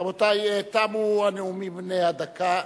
רבותי, תמו הנאומים בני הדקה.